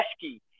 pesky